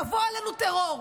יבוא עלינו טרור.